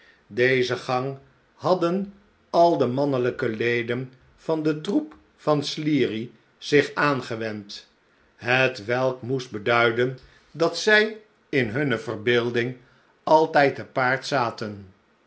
dezen gang hadden al de mannelijke leden van den troep van sleary zich aangewend hetwelkmoest beduiden dat zij in hunne verbeelding altijd te paard zaten